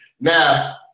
Now